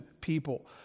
people